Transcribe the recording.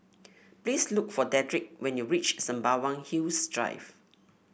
please look for Dedric when you reach Sembawang Hills Drive